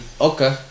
okay